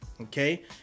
Okay